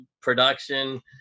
production